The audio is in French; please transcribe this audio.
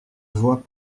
vois